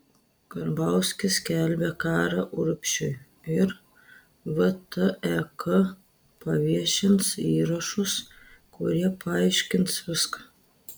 karbauskis skelbia karą urbšiui ir vtek paviešins įrašus kurie paaiškins viską